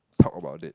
talk about it